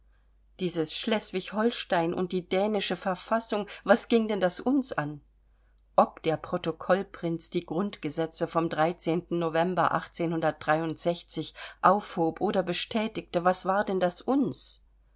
dieses schleswig holstein und die dänische verfassung was ging denn das uns an ob der protokoll prinz die grundgesetze vom november aufhob oder bestätigte was war denn das uns